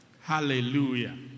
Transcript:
Hallelujah